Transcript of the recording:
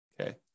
Okay